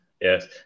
Yes